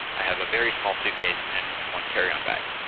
i have a very small suitcase and and one carry-on bag.